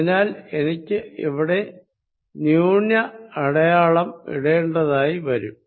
അതിനാൽ എനിക്ക് ഇവിടെ ന്യൂന അടയാളം ഇടേണ്ടതായി വരും